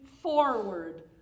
forward